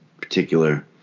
particular